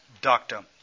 doctor